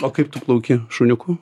o kaip tu plauki šuniuku